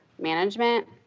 management